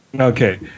Okay